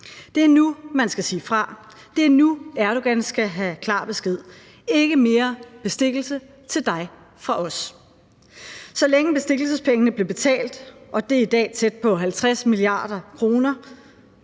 Det er nu, man skal sige fra, det er nu, Erdogan skal have klar besked: ikke mere bestikkelse til dig fra os. Så længe bestikkelsespengene bliver betalt, og det er i dag tæt på 50 mia. kr.,